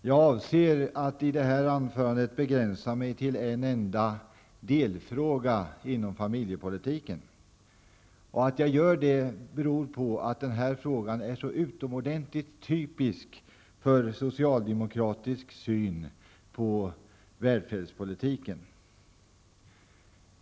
Herr talman! Jag avser att i detta anförande begränsa mig till en enda delfråga inom familjepolitiken. Att jag gör det beror på att den frågan är så utomordentligt typisk för den socialdemokratiska synen på välfärdspolitiken.